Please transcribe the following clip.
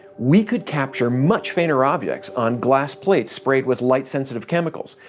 we could capture much fainter objects on glass plates sprayed with light-sensitive chemicals,